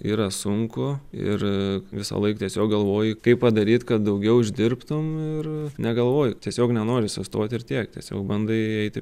yra sunku ir visąlaik tiesiog galvoji kaip padaryt kad daugiau uždirbtum ir negalvoji tiesiog nenori sustoti ir tiek tiesiog bandai eiti